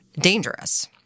dangerous